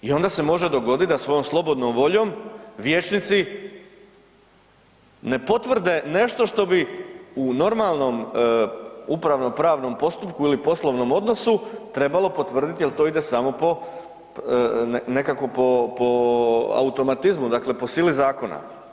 I onda se može dogoditi da svojom slobodnom voljom vijećnici ne potvrde nešto što bi u normalnom upravno pravnom postupku ili poslovnom odnosu, trebalo potvrditi jer to ide samo po, nekako po automatizmu, dakle po sili zakona.